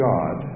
God